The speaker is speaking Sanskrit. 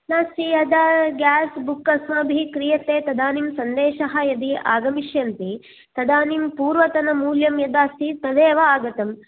नास्ति यदा ग्यास् बुक् अस्माभिः क्रियते तदानीं सन्देशः यदि आगमिष्यन्ति तदानीं पूर्वतनं मूल्यं तदा अस्ति तदेव आगतम्